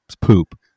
poop